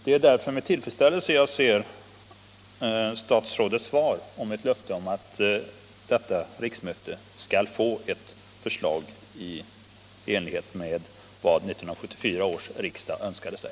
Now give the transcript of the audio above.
Det är därför med tillfredsställelse som jag i statsrådets svar ser löftet att det nu pågående riksmötet skall få ett förslag i enlighet med vad 1974 års riksdag önskade sig.